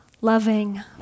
loving